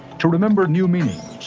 to remember new meanings,